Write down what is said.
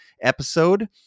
episode